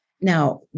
Now